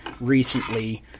recently